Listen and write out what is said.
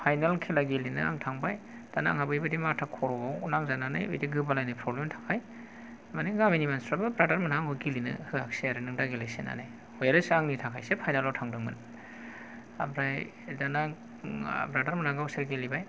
final खेला गेलेनो आं थांबाय दाना आंहा बैबादि माथा खर'आव नांजानानै बेबायदि गोबालायनाय प्रब्लेम नि थाखाय माने गामिनि मानसिफ्राबो ब्रादार मोनहा आंखौ गेलेनो होआखैसै आरो नों दा गेलेसै होननानै व्हेरएस आंनि थाखायसो फाइनेल आव थांदोंमोन ओमफ्राय दाना ब्रादार मोनहा गावसोर गेलेबाय